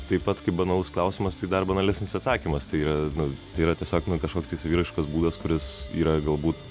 taip pat kaip banalus klausimas tai dar banalesnis atsakymas tai yra nu tai yra tiesiog nu kažkoks saviraiškos būdas kuris yra galbūt